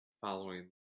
following